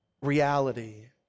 reality